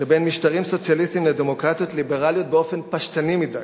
שבין משטרים סוציאליסטיים לדמוקרטיות ליברליות באופן פשטני מדי.